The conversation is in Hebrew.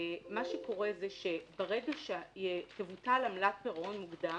מה שקורה זה שאם תבוטל עמלת הפירעון המוקדם,